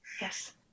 Yes